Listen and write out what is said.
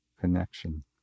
connection